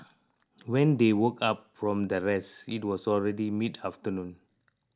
when they woke up from their rest it was already mid afternoon